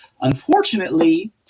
Unfortunately